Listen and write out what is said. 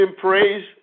praise